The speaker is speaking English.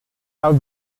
have